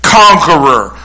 conqueror